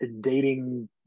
dating